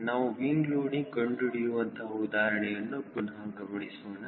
ನಾವು wing loading ಕಂಡುಹಿಡಿಯುವಂತಹ ಉದಾಹರಣೆಯನ್ನು ಪುನಹ ಗಮನಿಸೋಣ